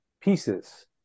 pieces